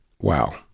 Wow